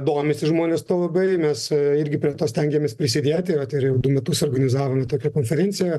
domisi žmonės tuo labai mes irgi prie to stengiamės prisidėti yra turim du metus organizavome tokią konferenciją